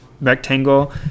rectangle